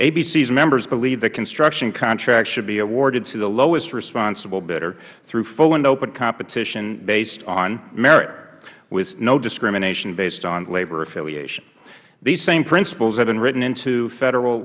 abcs members believe that construction contracts should be awarded to the lowest responsible bidder through full and open competition based on merit with no discrimination based on labor affiliation these same principles have been written into federal